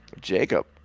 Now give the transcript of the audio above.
Jacob